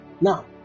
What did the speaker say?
Now